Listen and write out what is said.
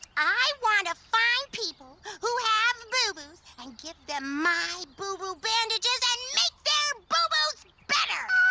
i wanna find people who have boo boos and give them my boo boo bandages and make their boo boos better.